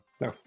No